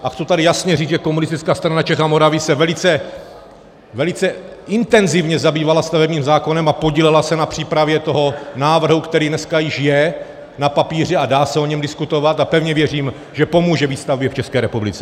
A chci tady jasně říct, že Komunistická strana Čech a Moravy se velice, velice intenzivně zabývala stavebním zákonem a podílela se na přípravě toho návrhu, který dneska již je na papíře, a dá se o něm diskutovat a pevně věřím, že pomůže výstavbě v České republice.